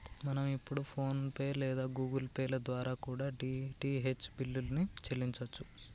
మనం ఇప్పుడు PhonePe లేదా గుగుల్ పే ల ద్వారా కూడా డీ.టీ.హెచ్ బిల్లుల్ని చెల్లించచ్చు